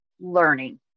learning